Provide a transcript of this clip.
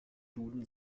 duden